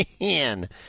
man